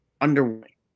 underway